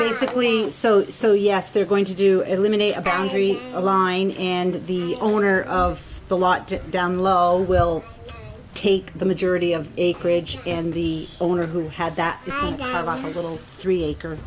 other sickly so so yes they're going to do eliminate a boundary line and the owner of the lot to down low will take the majority of acreage and the owner who had that little three acre